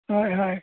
হয় হয়